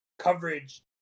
Coverage